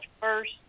first